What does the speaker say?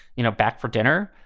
you, know back for dinner,